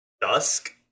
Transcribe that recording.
dusk